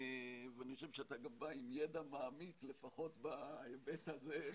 ואני חושב שאתה גם בא עם ידע מעמיק לפחות בהיבט הזה,